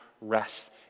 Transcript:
rest